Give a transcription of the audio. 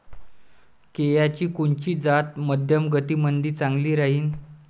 केळाची कोनची जात मध्यम मातीमंदी चांगली राहिन?